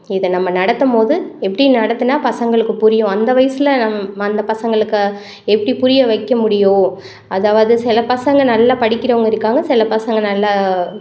இதை நம்ம நடத்தும் போது எப்படி நடத்தினா பசங்களுக்கு புரியும் அந்த வயசில் அந்த பசங்களுக்கு எப்படி புரிய வைக்க முடியும் அதாவது சில பசங்கள் நல்லா படிக்கிறவங்க இருக்காங்க சில பசங்கள் நல்லா